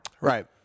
Right